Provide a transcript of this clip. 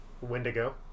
Wendigo